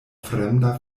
fremda